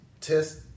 Test